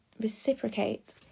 reciprocate